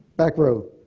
back row.